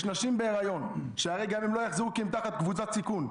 יש נשים בהיריון שהרי גם הן לא יחזרו כי הן בקבוצת סיכון,